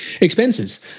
expenses